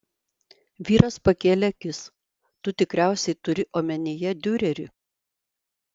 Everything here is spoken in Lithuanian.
vyras pakėlė akis tu tikriausiai turi omenyje diurerį